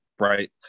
Right